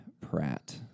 Pratt